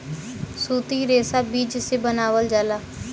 सूती रेशा बीज से बनावल जाला